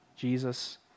Jesus